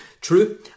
True